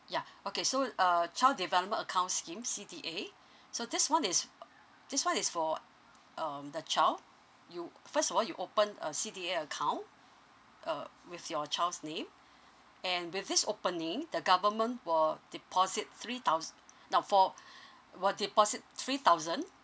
ya okay so uh child development account scheme C_D_A so this one is this one is for um the child you first of all you open a C_D_A account uh with your child's name and with this opening the government will deposit three thousand now for while deposit three thousand